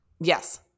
Yes